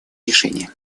решения